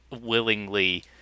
willingly